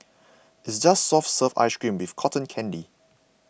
it's just soft serve ice cream with cotton candy